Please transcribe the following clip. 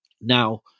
Now